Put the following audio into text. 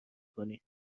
کنید